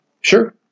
Sure